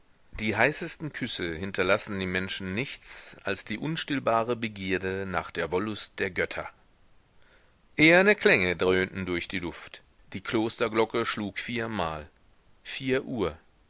die heißesten küsse hinterlassen dem menschen nichts als die unstillbare begierde nach der wollust der götter eherne klänge dröhnten durch die luft die klosterglocke schlug viermal vier uhr